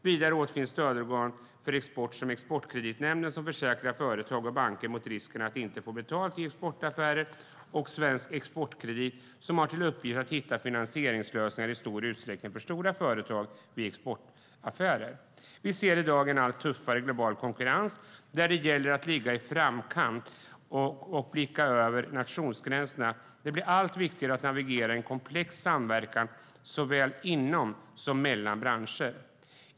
Vidare finns stödorgan för export i form av Exportkreditnämnden, som försäkrar företag och banker mot risken att inte få betalt i exportaffärer, samt Svensk Exportkredit, som har till uppgift att hitta finansieringslösningar främst för stora företag vid exportaffärer. Vi ser i dag en allt tuffare global konkurrens där det gäller att ligga i framkant och blicka ut över nationsgränserna. Det blir allt viktigare att navigera i komplex samverkan såväl inom som mellan branscher.